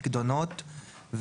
פיקדונות,